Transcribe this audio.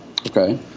Okay